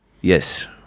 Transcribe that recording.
Yes